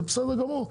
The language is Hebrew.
זה בסדר גמור,